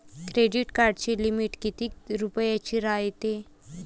Credit कार्डाची limit कितीक रुपयाची रायते?